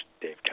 Dave